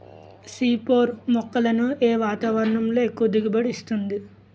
C four మొక్కలను ఏ వాతావరణంలో ఎక్కువ దిగుబడి ఇస్తుంది?